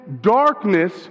darkness